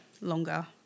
longer